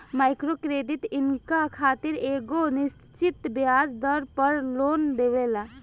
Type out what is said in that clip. micro credit इनका खातिर एगो निश्चित ब्याज दर पर लोन देवेला